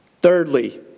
Thirdly